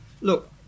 Look